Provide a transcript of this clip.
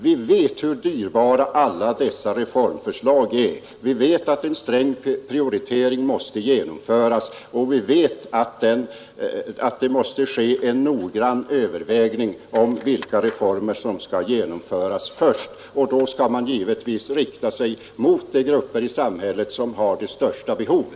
Vi vet hur dyra alla dessa reformer är och att vi måste göra en sträng prioritering och noggrant överväga vilka reformer som först bör genomföras. Man bör då givetvis först ta hänsyn till de grupper i samhället som har det största behovet.